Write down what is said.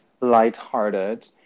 lighthearted